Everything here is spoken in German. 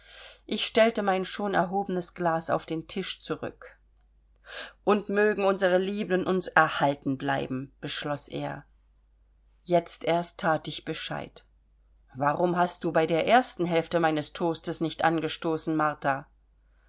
ich stellte mein schon erhobenes glas auf den tisch zurück und mögen unsere lieben uns erhalten bleiben beschloß er jetzt erst that ich bescheid warum hast du bei der ersten hälfte meines toastes nicht angestoßen martha